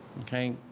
Okay